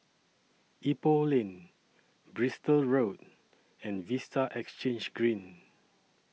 Ipoh Lane Bristol Road and Vista Exhange Green